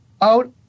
out